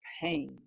pain